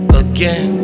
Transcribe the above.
again